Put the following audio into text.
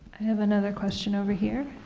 have another question over here.